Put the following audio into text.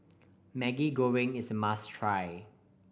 Maggi Goreng is a must try